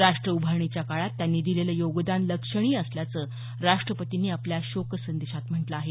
राष्ट्र उभारणीच्या काळात त्यांनी दिलेलं योगदान लक्षणीय असल्याचं राष्ट्रपतींनी आपल्या शोकसंदेशात म्हटलं आहे